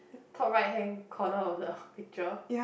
top right hand corner of the picture